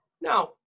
Now